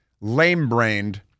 lame-brained